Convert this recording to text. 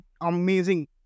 amazing